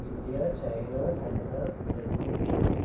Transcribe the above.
India China Canada Germany Brazil